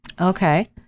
Okay